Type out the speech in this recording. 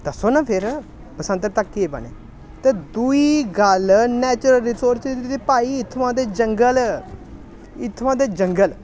दस्सो ना फिर बसंतर दा केह् बनै ते दूई गल्ल नेचुरल रिसोर्सिज दी ते भाई इत्थुआं दे जंगल इत्थुआं दे जंगल